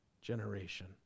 generation